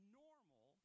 normal